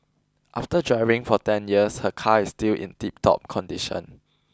after driving for ten years her car is still in tiptop condition